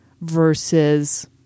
versus